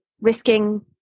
risking